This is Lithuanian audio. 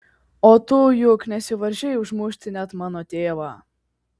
o tu juk nesivaržei užmušti net mano tėvą